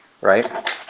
right